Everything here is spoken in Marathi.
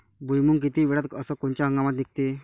भुईमुंग किती वेळात अस कोनच्या हंगामात निगते?